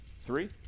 three